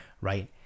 Right